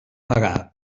pagar